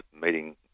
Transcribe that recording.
meeting